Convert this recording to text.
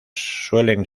suelen